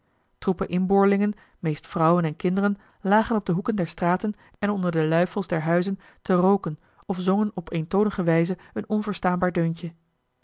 troepen inboorlingen meest vrouwen en kinderen lagen op de hoeken der straten en onder de luifels der huizen te rooken of zongen op eentonige wijze een onverstaanbaar deuntje